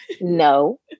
no